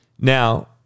Now